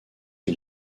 qui